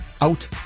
out